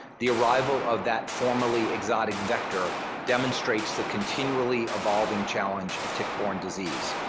the arrival of that formerly exotic vector demonstrates the continually evolving challenge of tick-borne disease.